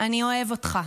אני אוהב אותך".